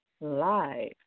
live